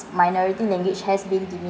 minority language has been